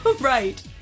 Right